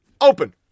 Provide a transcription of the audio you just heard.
open